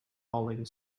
falling